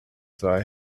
sei